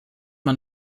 man